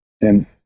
And-